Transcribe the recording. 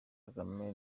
kagame